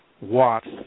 Watts